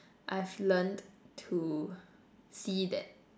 I've have learnt to see that